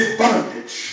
bondage